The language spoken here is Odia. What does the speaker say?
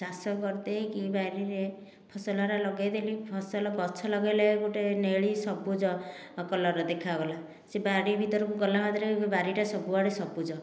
ଚାଷ କରିଦେଇକି ବାରିରେ ଫସଲ ଗୁଡ଼ା ଲଗାଇଦେଲି ଫସଲ ଗଛ ଲଗାଇଲେ ଗୋଟିଏ ନେଳି ସବୁଜ କଲର୍ର ଦେଖା ଗଲା ସେ ବାଡ଼ି ଭିତରକୁ ଗଲା ମାତ୍ରେ ବାଡ଼ି ତା ସବୁ ଆଡ଼େ ସବୁଜ